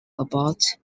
about